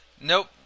Nope